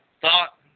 thought